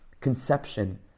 conception